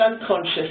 unconscious